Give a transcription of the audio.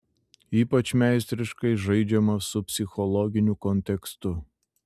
ypač meistriškai žaidžiama su psichologiniu kontekstu